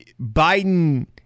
Biden